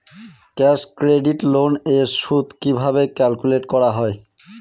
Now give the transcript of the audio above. Cash credit loan এর সুদ কিভাবে ক্যালকুলেট করা হয়?